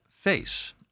face